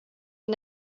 are